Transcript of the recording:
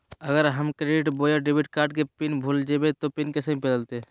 अगर हम क्रेडिट बोया डेबिट कॉर्ड के पिन भूल जइबे तो पिन कैसे बदलते?